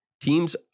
teams